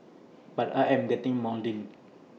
but I am getting maudlin